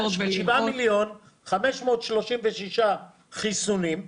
7,536,000 חיסונים.